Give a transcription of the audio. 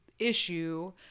issue